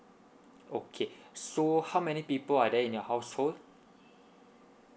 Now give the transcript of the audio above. okay so how many people are there in your household